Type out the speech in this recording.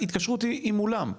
ההתקשרות היא עם אולם.